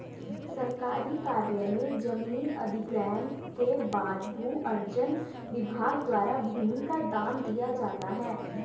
सरकारी कार्य में जमीन अधिग्रहण के बाद भू अर्जन विभाग द्वारा भूमि का दाम दिया जाता है